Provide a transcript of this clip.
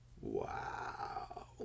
wow